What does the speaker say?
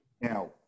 Now